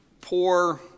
poor